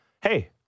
hey